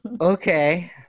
Okay